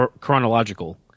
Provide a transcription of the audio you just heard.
chronological